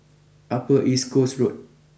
Upper East Coast Road